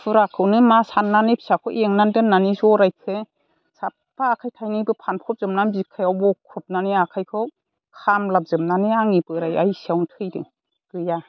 फुराखौनो मा साननानै फिसाखौ एंनानै दोननानै जरायखो साफा आखाइ थाइनैबो फानफ्रब जोबनानै बिखायाव बोख्रबनानै आखाइखौ खामग्लाब जोबनानै आंनि बोराइआ एसेयावनो थैदों गैया